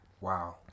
Wow